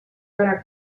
farà